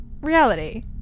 reality